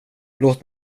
låt